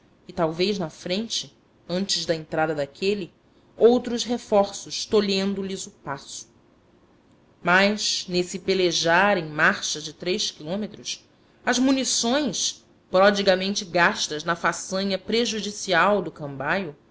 e talvez na frente antes da entrada daquele outros reforços tolhendo lhes o passo mas nesse pelejar em marcha de três quilômetros as munições prodigamente gastas na façanha prejudicial do cambaio